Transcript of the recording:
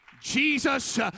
Jesus